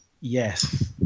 Yes